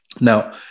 Now